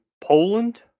Poland